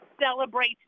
Celebrate